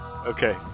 okay